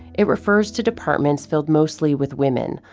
it refers to departments filled mostly with women,